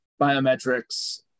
biometrics